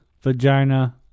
vagina